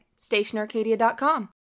StationArcadia.com